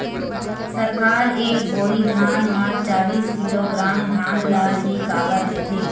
सरकार एक बोरी धान म चालीस किलोग्राम धान ल ही काबर लेथे?